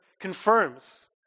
confirms